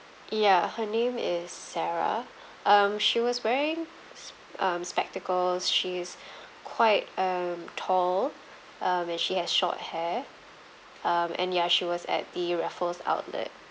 ya her name is sarah um she was wearing um spectacles she is quite um tall um and she has short hair um and ya she was at the raffles outlet